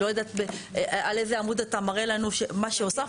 אני לא יודעת על איזה עמוד אתה מראה לנו מה שהוספנו,